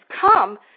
come